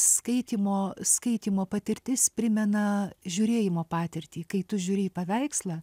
skaitymo skaitymo patirtis primena žiūrėjimo patirtį kai tu žiūri į paveikslą